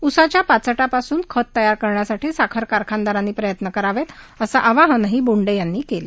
ऊसाच्या पाचटापासून खत तयार करण्यासाठी साखर कारखानदारांनी प्रयत्न करावेत असं आवाहनही बोंडे यांनी केलं